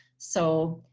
so